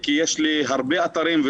כי יש לי הרבה אתרים.